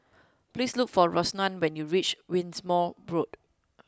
please look for Rosanna when you reach Wimborne Road